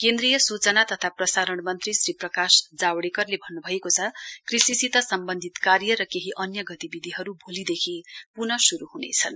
केन्द्रीय सूचना तथा प्रसारण मन्त्री श्री प्रकाश जावडेकरले भन्नुभएको छ कृषिसित सम्वन्धित कार्य र केही अन्य गतिविधिहरू भोलिदेखि पुनः शुरू हुनेछन्